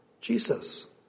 Jesus